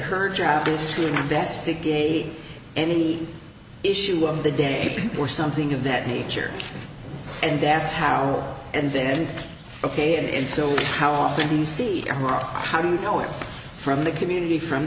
her job is to investigate and the issue of the day or something of that nature and that's how and then ok and so how often do you see her how do you know it from the community from